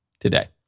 Today